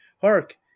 hark